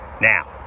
Now